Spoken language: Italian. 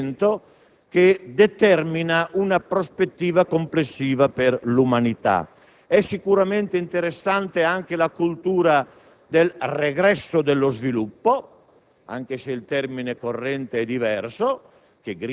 non ci si debba chiudere rispetto a quest'elemento che determina una prospettiva complessiva per l'umanità. È sicuramente interessante anche la cultura del regresso dello sviluppo